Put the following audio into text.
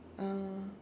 ah